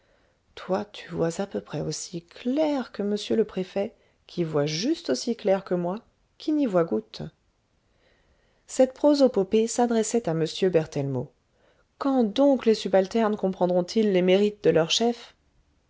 toi tu vois à peu près aussi clair que m le préfet qui voit juste aussi clair que moi qui n'y vois goutte cette prosopopée s'adressait a m berthellemot quand donc les subalternes comprendront ils les mérites de leurs chefs